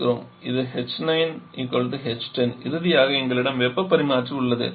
இது h9 h10 இறுதியாக எங்களிடம் வெப்பப் பரிமாற்றி உள்ளது